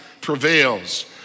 prevails